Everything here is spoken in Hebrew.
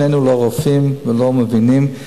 שנינו לא רופאים ולא מבינים.